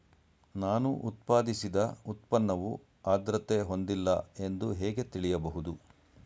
ನಾನು ಉತ್ಪಾದಿಸಿದ ಉತ್ಪನ್ನವು ಆದ್ರತೆ ಹೊಂದಿಲ್ಲ ಎಂದು ಹೇಗೆ ತಿಳಿಯಬಹುದು?